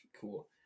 Cool